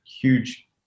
huge